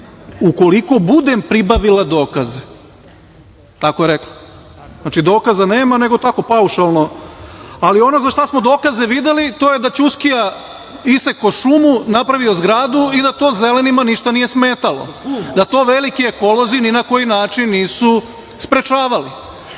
Ukoliko budem pribavila dokaze, tako je rekla. Znači, dokaza nema, nego tako paušalno. Ali ono za šta smo dokaze videli to je da Ćuskija isekao šumu, napravio zgradu i da to zelenima ništa nije smetalo, da to veliki ekolozi ni na koji način nisu sprečavali,